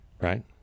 Right